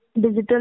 digital